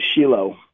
Shiloh